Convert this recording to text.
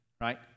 right